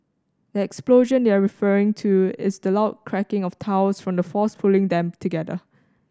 the explosion they're referring to is the loud cracking of tiles from the force pulling them together